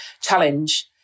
challenge